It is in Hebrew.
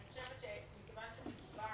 אני חושבת שמכיוון שמדובר